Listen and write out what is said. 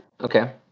Okay